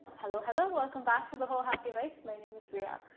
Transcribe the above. hello hello, welcome back to the whole happy life. my name is ria.